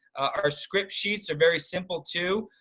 our script sheets are very simple too.